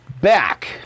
back